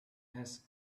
has